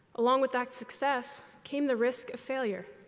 along with that success came the risk of failure.